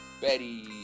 Betty